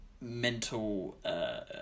mental